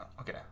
Okay